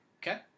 Okay